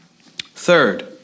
Third